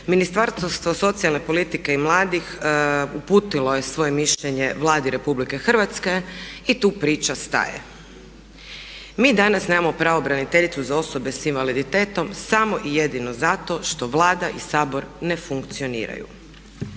Ministarstvo socijalne politike i mladih uputilo je svoje mišljenje Vladi RH i tu priča staje. Mi danas nemamo pravobraniteljicu za osobe s invaliditetom samo i jedino zato što Vlada i Sabor ne funkcioniraju.